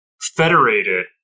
federated